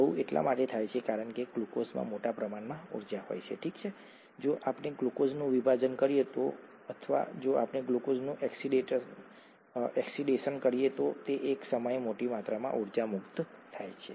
આવું એટલા માટે થાય છે કારણ કે ગ્લુકોઝમાં મોટા પ્રમાણમાં ઊર્જા હોય છે ઠીક છે જો આપણે ગ્લુકોઝનું વિભાજન કરીએ અથવા જો આપણે ગ્લુકોઝનું ઓક્સિડેશન કરીએ તો એક જ સમયે મોટી માત્રામાં ઊર્જા મુક્ત થાય છે